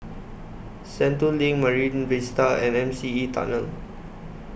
Sentul LINK Marine Vista and M C E Tunnel